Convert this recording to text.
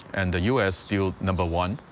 and the u s. still number one,